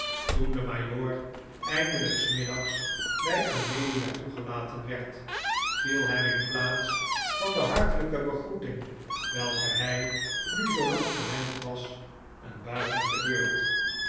toen de majoor eindelijk s middags bij amelia toegelaten werd viel hem in plaats van de hartelijke begroeting welke hij nu zoo lang gewend was een buiging te beurt